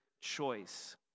choice